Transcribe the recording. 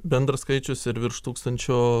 bendras skaičius ir virš tūkstančio